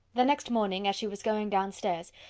the next morning, as she was going downstairs,